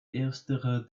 erstere